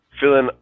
feeling